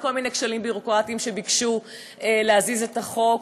וכל מיני כשלים ביורוקרטיים שביקשו להזיז את החוק,